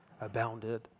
abounded